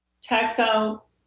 tactile